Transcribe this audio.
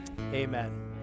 amen